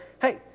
hey